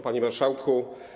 Panie Marszałku!